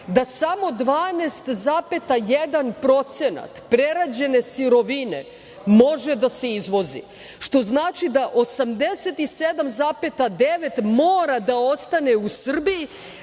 da samo 12,1% prerađene sirovine može da se izvozi, što znači da 87,9% mora da ostane u Srbiji